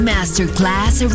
Masterclass